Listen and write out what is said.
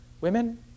Women